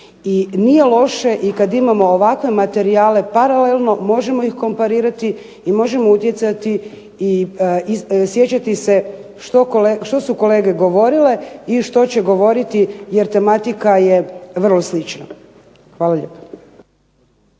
nije loše i kad imamo ovakve materijale paralelno možemo ih komparirati i možemo utjecati i sjećati se što su kolege govorile i što će govoriti jer tematika je vrlo slična. Hvala lijepa.